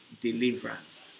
deliverance